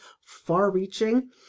far-reaching